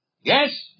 Yes